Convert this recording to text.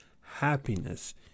happiness